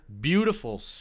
Beautiful